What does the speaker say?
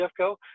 jeffco